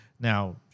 Now